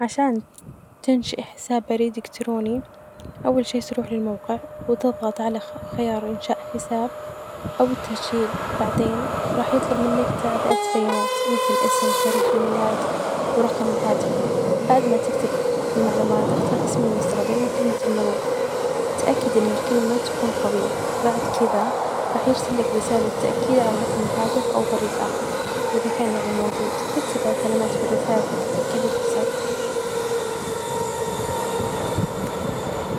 عشان تنشئ حساب بريد إلكتروني أول شئ تروح للموقع وتظغط علي إنشاء حساب أو التسجيل بعدين راح يطلب منك تعب أس بيانات مثل إسم ،تاريخ الميلاد، ورقم الهاتف بعد ما تكتب المعلومات إختر إسم المستخدم وكلمة المرور، تأكد إن الكلمة تكون قوية، بعد كدة راح يرسلك رسالة تأكيد علي رقم الهاتف أو بريد آخر إذا كان يعني موجود، إتبع تعليمات الرسالة حج تأكيد الحساب.